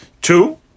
two